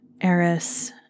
Eris